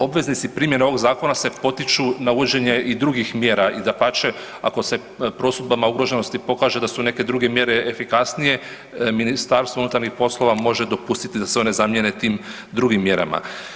Obveznici primjene ovog zakona se potiču na uvođenje i drugih mjera i dapače, ako se prosudbama ugroženosti pokaže da su neke druge mjere efikasnije, Ministarstvo unutarnjih poslova može dopustiti da se one zamjene tim drugim mjerama.